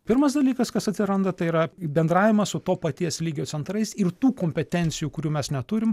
pirmas dalykas kas atsiranda tai yra bendravimas su to paties lygio centrais ir tų kompetencijų kurių mes neturim